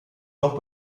noch